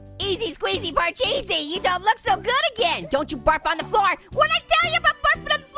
easy squeezy parcheesi, you don't look so good again. don't you barf on the floor! what'd i tell you about barfing on